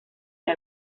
que